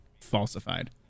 falsified